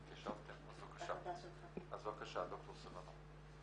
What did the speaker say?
בבקשה, ד"ר סממה.